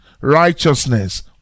Righteousness